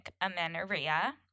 amenorrhea